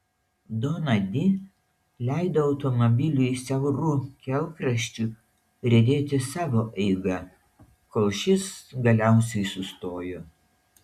dona di leido automobiliui siauru kelkraščiu riedėti savo eiga kol šis galiausiai sustojo